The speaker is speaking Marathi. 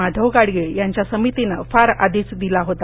माधव गाडगीळ यांच्या समितीनं फार आधीच दिला होता